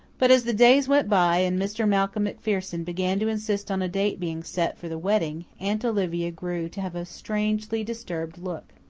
but, as the days went by and mr. malcolm macpherson began to insist on a date being set for the wedding, aunt olivia grew to have a strangely disturbed look.